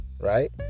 Right